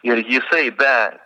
ir jisai be